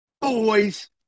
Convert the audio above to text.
boys